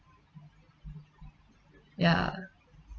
ya